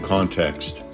Context